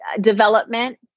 development